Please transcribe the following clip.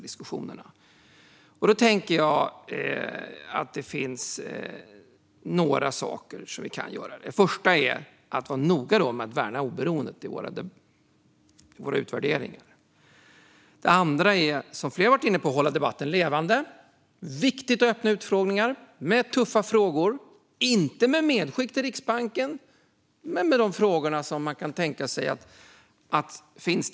Det finns några saker som vi kan göra. Den första är att i våra utvärderingar noga värna oberoendet. Den andra saken är att hålla debatten levande. Det är viktigt med öppna utfrågningar där tuffa frågor ställs. Det ska inte vara medskick till Riksbanken, men frågor som finns där ute ska ställas.